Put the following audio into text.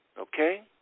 Okay